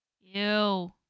Ew